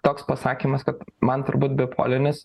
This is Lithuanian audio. toks pasakymas kad man turbūt bipolinis